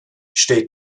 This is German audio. steht